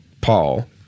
Paul